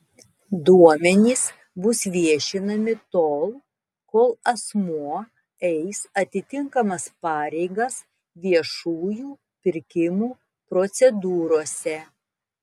duomenys bus viešinami tol kol asmuo eis atitinkamas pareigas viešųjų pirkimų procedūrose